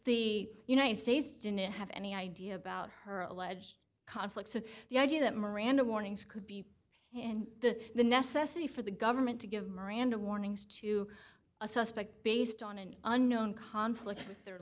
the united states didn't have any idea about her alleged conflicts with the idea that miranda warnings could be and the necessary for the government to give miranda warnings to a suspect based on an unknown conflict